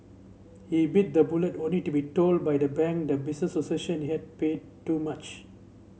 he bit the bullet only to be told by the bank that business associates that he had paid too much